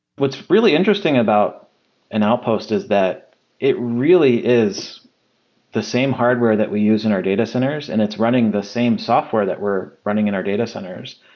what's really interesting about an outpost is that it really is the same hardware that we use in our data centers and it's running the same software that we're running in our data centers,